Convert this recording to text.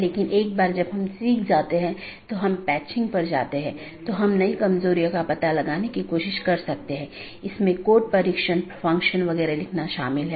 इसलिए अगर हम फिर से इस आंकड़े पर वापस आते हैं तो यह दो BGP स्पीकर या दो राउटर हैं जो इस विशेष ऑटॉनमस सिस्टमों के भीतर राउटरों की संख्या हो सकती है